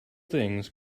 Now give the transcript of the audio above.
things